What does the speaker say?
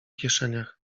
kieszeniach